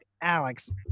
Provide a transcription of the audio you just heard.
Alex